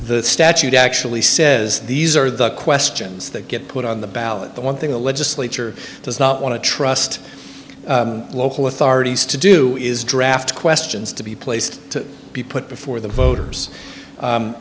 the statute actually says these are the questions that get but on the ballot the one thing the legislature does not want to trust local authorities to do is draft questions to be placed to be put before the voters